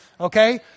Okay